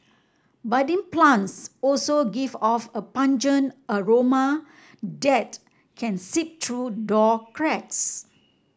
budding plants also give off a pungent aroma that can seep through door cracks